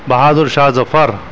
بہادر Shah ظفر